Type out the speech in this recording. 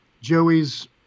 Joey's